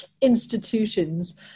institutions